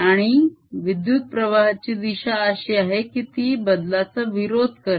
आणि विद्युत्प्रवाहाची दिशा अशी आहे की ती बदलाचा विरोध करेल